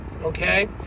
okay